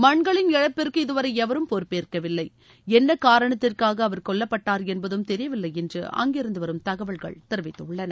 மன்களின் இழப்பிற்கு இதுவரை எவரும் பொறுப்பேற்கவில்லை என்ன காரணத்திற்காக அவர் கொல்லப்பட்டார் என்பதும் தெரியவில்லை என்று அங்கிருந்து வரும் தகவல்கள் தெரிவித்துள்ளன